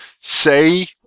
say